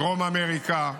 דרום אמריקה.